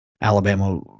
Alabama